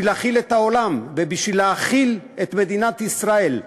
להאכיל את העולם ובשביל להאכיל את מדינת ישראל,